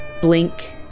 blink